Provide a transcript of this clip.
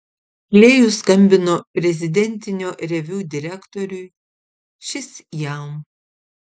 klėjus skambino prezidentinio reviu direktoriui šis jam